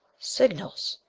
signals!